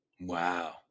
wow